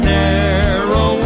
narrow